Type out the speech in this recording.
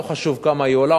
לא חשוב כמה היא עולה,